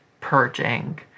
purging